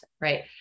right